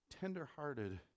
tenderhearted